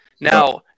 Now